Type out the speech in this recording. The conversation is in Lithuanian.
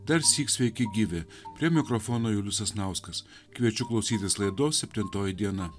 darsyk sveiki gyvi prie mikrofono julius sasnauskas kviečiu klausytis laidos septintoji diena